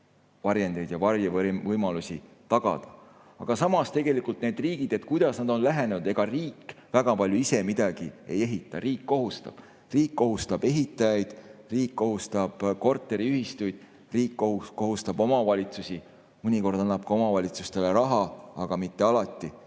varjendeid ja varjevõimalusi tagada. Aga samas need riigid, kuidas nad on sellele lähenenud? Ega riik väga palju ise midagi ei ehita, riik kohustab. Riik kohustab ehitajaid, riik kohustab korteriühistuid, riik kohustab omavalitsusi, mõnikord annab ka omavalitsustele raha, aga mitte alati.